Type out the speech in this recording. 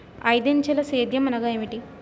ఐదంచెల సేద్యం అనగా నేమి?